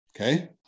okay